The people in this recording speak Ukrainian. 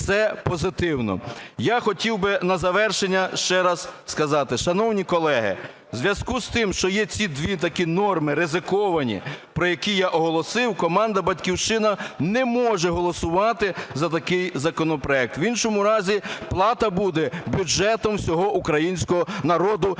Я хотів би на завершення ще раз сказати, шановні колеги, у зв'язку з тим, що є ці дві такі норми, ризиковані, про які я оголосив, команда "Батьківщина" не може голосувати за такий законопроект. В іншому разі плата буде бюджетом всього українського народу за